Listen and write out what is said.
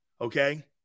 Okay